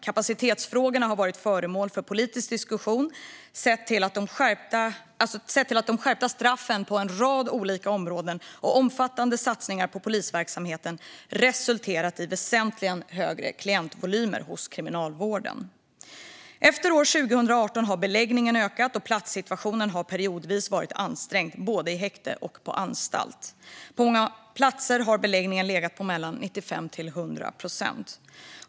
Kapacitetsfrågorna har varit föremål för politisk diskussion, då de skärpta straffen på en rad olika områden och omfattande satsningar på polisverksamheten har resulterat i väsentligt högre klientvolymer hos kriminalvården. Efter år 2018 har beläggningen ökat. Platssituationen har periodvis varit ansträngd, både i häkte och på anstalt. På många platser har beläggningen legat på 95-100 procent.